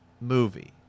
movie